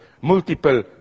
multiple